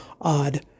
odd